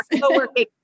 co-working